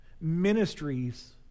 ministries